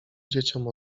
dzieciom